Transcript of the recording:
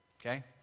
Okay